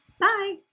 Bye